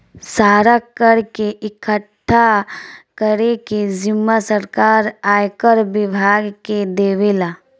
सारा कर के इकठ्ठा करे के जिम्मा सरकार आयकर विभाग के देवेला